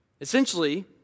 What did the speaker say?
Essentially